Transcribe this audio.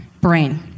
brain